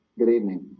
good evening